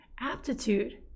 aptitude